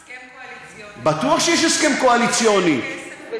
הסכם קואליציוני, בטוח שיש הסכם קואליציוני.